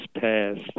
passed